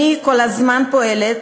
אני כל הזמן פועלת